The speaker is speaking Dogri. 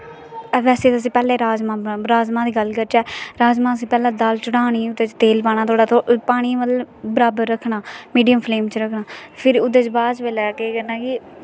बैसे अस पैह्ले जि'यां राजमाह् दी गल्ल करचै दाल पैह्ले असें चढ़ानी ओह्दै च तेल पाना थोह्ड़ा जा चड़ानी मतलब बराबर मिडियम फलेम च रक्खना ओह्दै बाद च केह् करना कि बराबर